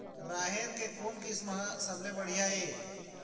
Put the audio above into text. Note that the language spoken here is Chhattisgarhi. राहेर के कोन किस्म हर सबले बढ़िया ये?